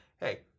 hey